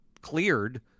cleared